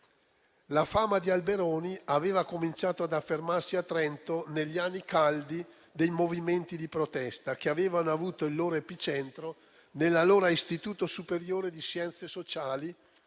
La fama di Alberoni aveva cominciato ad affermarsi a Trento negli anni caldi dei movimenti di protesta, che avevano avuto il loro epicentro nell'allora Istituto superiore di scienze sociali,